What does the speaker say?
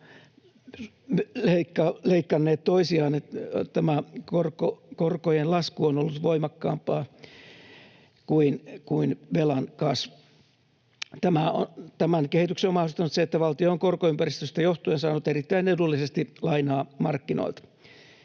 ovat leikanneet toisiaan niin, että korkojen lasku on ollut voimakkaampaa kuin velan kasvu. Tämän kehityksen on mahdollistanut se, että valtio on korkoympäristöstä johtuen saanut erittäin edullisesti lainaa markkinoilta.